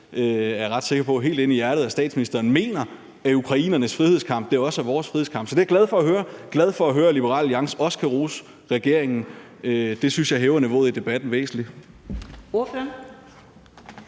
og er ret sikker på helt ind i hjertet, at statsministeren mener, at ukrainernes frihedskamp også er vores frihedskamp. Så det er jeg glad for at høre. Jeg er glad for at høre, at Liberal Alliance også kan rose regeringen. Det synes jeg hæver niveauet i debatten væsentligt.